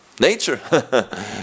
nature